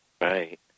Right